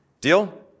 Deal